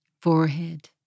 forehead